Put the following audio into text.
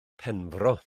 penfro